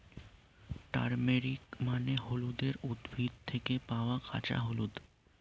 turmeric মানে হলুদের উদ্ভিদ থেকে পাওয়া কাঁচা হলুদ